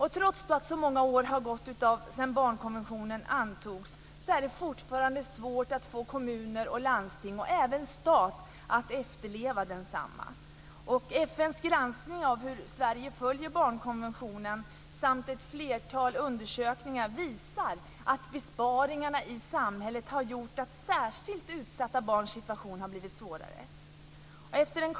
Trots att så många år har gått sedan barnkonventionen antogs är det fortfarande svårt att få kommuner och landsting och även stat att efterleva densamma. FN:s granskning av hur Sverige följer barnkonventionen samt ett flertal undersökningar visar att besparingarna i samhället har gjort att särskilt utsatta barns situation har blivit svårare.